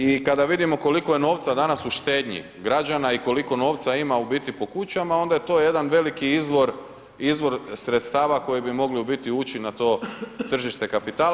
I kada vidimo koliko je novca danas u štednji građana i koliko novaca ima po kućama onda je to jedan veliki izvor sredstava koje bi mogli u biti ući na to tržište kapitala.